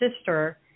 sister